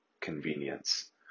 convenience